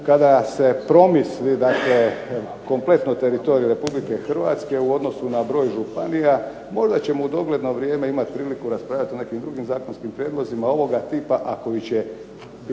kada se promisli dakle kompletno o teritoriju Republike Hrvatske u odnosu na broj županija, možda ćemo u dogledno vrijeme imat priliku raspravljat o nekim drugim zakonskim prijedlozima ovoga tipa, a koji će biti